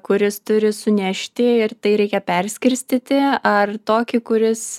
kuris turi sunešti ir tai reikia perskirstyti ar tokį kuris